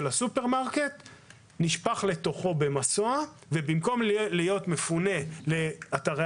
הסופרמרקט נשפך לתוכו במסוע ובמקום להיות מפונה לאתרי